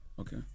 Okay